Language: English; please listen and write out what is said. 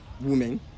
women